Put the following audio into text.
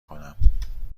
کنم